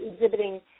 exhibiting